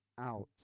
Out